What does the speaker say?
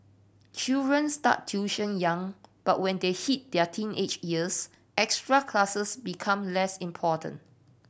children start tuition young but when they hit their teenage years extra classes become less important